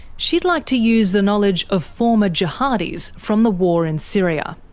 she'd like to use the knowledge of former jihadis from the war in syria.